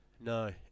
no